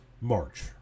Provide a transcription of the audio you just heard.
March